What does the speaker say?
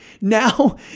Now